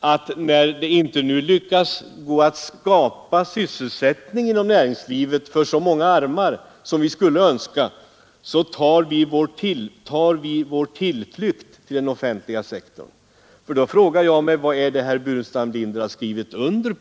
Han menar att när man nu inte lyckas att skapa sysselsättning i näringslivet för så många armar som vi skulle önska, ”så tar vi vår tillflykt till den offentliga sektorn”. Jag frågar mig vad det är herr Burenstam Linder skrivit under